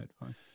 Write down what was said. advice